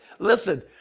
Listen